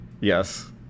yes